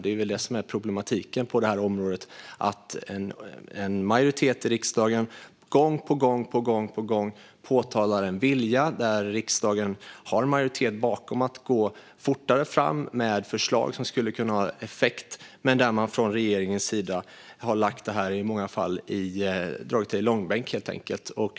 Det är väl det som är problematiken på detta område, att en majoritet i riksdagen gång på gång påtalar sin vilja att gå fortare fram med förslag som skulle kunna ha effekt men som regeringen i många fall har dragit i långbänk.